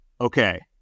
Okay